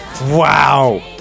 Wow